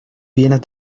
bienes